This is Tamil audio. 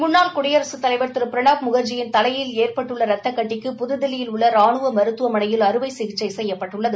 முன்னாள் குடியரசுத் தலைவா் திரு பிரணாப் முகா்ஜி யின் தலையில் ஏற்பட்டுள்ள ரத்தக்கட்டிக்கு புதுதில்லியில் உள்ள ராணுவ மருத்துவமனையில் அறுவை சிகிச்சை செய்யப்பட்டுள்ளது